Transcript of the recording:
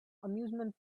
amusement